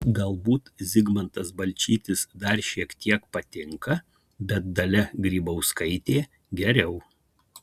galbūt zigmantas balčytis dar šiek tiek patinka bet dalia grybauskaitė geriau